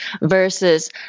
versus